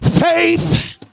faith